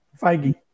Feige